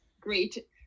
great